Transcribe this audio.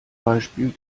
beispiel